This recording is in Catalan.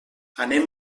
anem